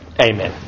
Amen